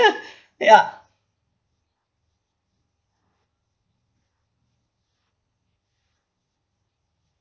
ya ya